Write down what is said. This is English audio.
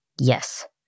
Yes